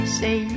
say